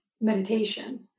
meditation